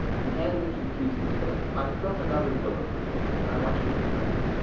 and he handed him some keys, and he said, i've built another villa for you, and i want you to have that.